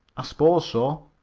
i s'pose so.